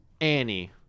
Annie